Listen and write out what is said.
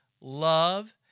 love